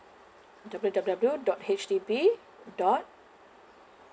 W W W dot H D B dot